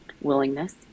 willingness